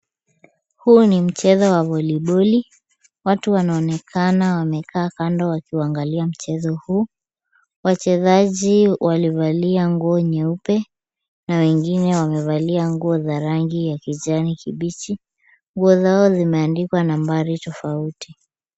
Huu ni mchezo wa voliboli, watu wanaonekana wamekaa kando wakiuangalia mchezo huu. Wachezaji walivalia nguo nyeupe na wengine wamevalia nguo za rangi ya kijani kibichi. Nguo zao zimeandikwa nambari tofauti.